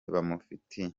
bamufitiye